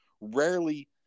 rarely